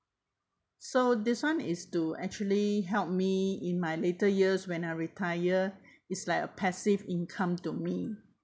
so this one is to actually help me in my later years when I retire is like a passive income to me